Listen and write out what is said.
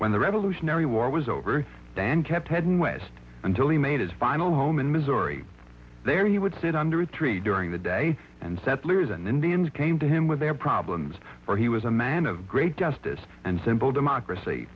when the revolutionary war was over dan kept heading west until he made his final home in missouri there he would sit under a tree during the day and settlers and indians came to him with their problems for he was a man of great justice and simple democracy